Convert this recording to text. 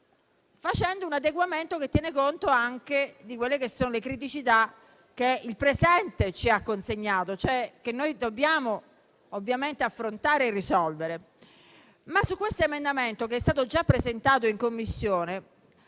con un adeguamento che tenga conto delle criticità che il presente ci ha consegnato e che noi dobbiamo ovviamente affrontare e risolvere. Su questo emendamento, che è stato già presentato in Commissione,